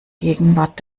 gegenwart